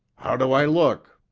how do i look?